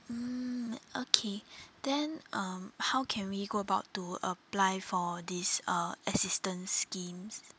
mm okay then um how can we go about to apply for these uh assistance schemes